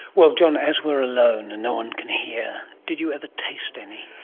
well jon, as we are alone and no one can hear, did you ever taste any?